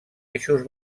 eixos